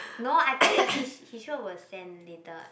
no I tell you he is he sure will send later and